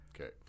Okay